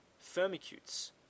Firmicutes